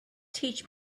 teach